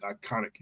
iconic